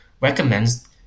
recommends